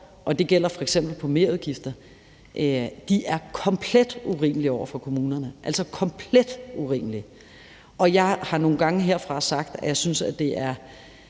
og det gælder f.eks. merudgifter, er komplet urimelige over for kommunerne, altså komplet urimelige! Jeg har nogle gange herfra sagt, at hvis mennesker, der er